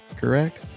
correct